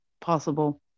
possible